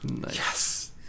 Yes